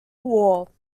war